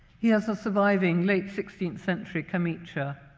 here's a surviving late sixteenth century chemise.